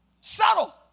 Subtle